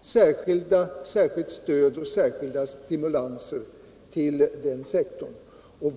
speciellt stöd och särskilda stimulanser till den sektorn.